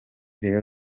rayon